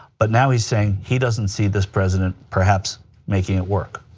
but now he's saying he doesn't see this president perhaps making it work.